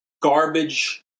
garbage